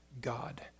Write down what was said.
God